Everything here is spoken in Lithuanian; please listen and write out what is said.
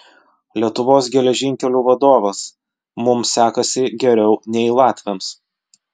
lietuvos geležinkelių vadovas mums sekasi geriau nei latviams